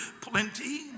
plenty